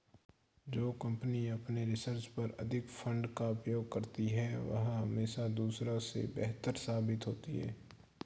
जो कंपनी अपने रिसर्च पर अधिक फंड का उपयोग करती है वह हमेशा दूसरों से बेहतर साबित होती है